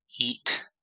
eat